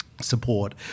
support